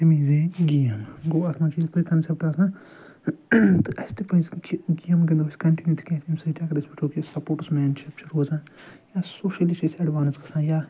تیٚمی زیٖنۍ گیم گوٚو اتھ منٛز چھِ یِتھ پٲٹھۍ کنٛسٮ۪پٹ آسان تہٕ اَسہِ تہِ پَزِ کہِ گیمہٕ گِنٛدو أسۍ کنٛٹِنوٗ تِکیٛازِ کہِ امہِ سۭتۍ اگر أسۍ وُچھو کہِ سپوٹٕس مین شِپ چھِ روزان یا سوشلی چھِ أسۍ اٮ۪ڈوانٕس گَژھان یا